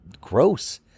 gross